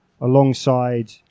alongside